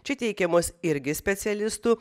čia teikiamos irgi specialistų